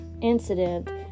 incident